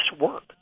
work